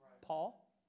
Paul